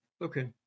Okay